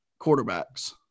quarterbacks